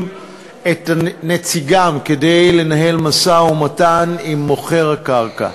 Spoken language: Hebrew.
את נציגם כדי לנהל משא-ומתן עם מוכר הקרקע.